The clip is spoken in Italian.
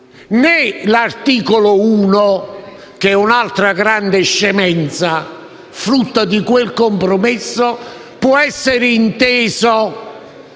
Né l'articolo 1 - che è un'altra grande scemenza, frutto di quel compromesso - può essere inteso